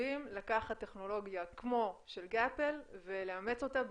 מסרבים לקחת טכנולוגיה כמו של "גאפל" ולאמץ אותה בישראל?